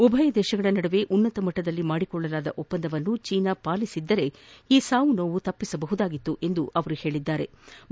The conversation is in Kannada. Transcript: ಉಭಯ ದೇಶಗಳ ನಡುವೆ ಉನ್ನತಮಟ್ಟದಲ್ಲಿ ಮಾಡಿಕೊಳ್ಳಲಾದ ಒಪ್ಪಂದವನ್ನು ಚೀನಾ ಪಾಲಿಸಿದ್ದರೆ ಈ ಸಾವು ನೋವುಗಳನ್ನು ತಪ್ಪಿಸಬಹುದಾಗಿತ್ತು ಎಂದು ಹೇಳದ್ದಾರೆ